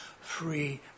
free